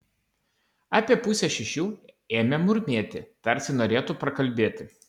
apie pusę šešių ėmė murmėti tarsi norėtų prakalbėti